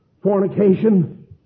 fornication